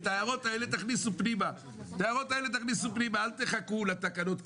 את ההערות האלה תכניסו פנימה, אל תחכו לתקנות.